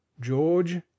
george